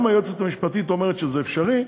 גם היועצת המשפטית אומרת שזה אפשרי.